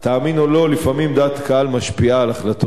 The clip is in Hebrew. לפעמים דעת הקהל משפיעה על החלטות של מנהיגים.